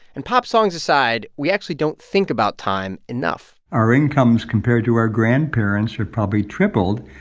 and pop songs aside, we actually don't think about time enough our incomes, compared to our grandparents', are probably tripled.